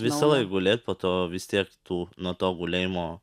visąlaik gulėt po to vis tiek tų nuo to gulėjimo